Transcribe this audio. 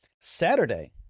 Saturday